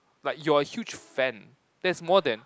like you are a huge fan that's more than